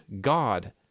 God